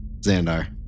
Xandar